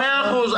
מאה אחוז,